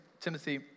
Timothy